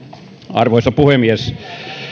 arvoisa puhemies